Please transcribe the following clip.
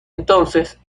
entonces